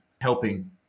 helping